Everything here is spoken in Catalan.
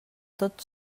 tot